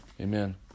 Amen